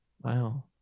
Wow